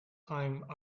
time